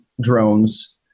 drones